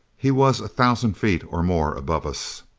he was a thousand feet or more above us.